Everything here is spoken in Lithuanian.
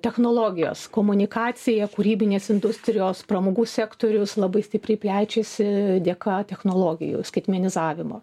technologijos komunikacija kūrybinės industrijos pramogų sektorius labai stipriai plečiasi dėka technologijų skaitmenizavimo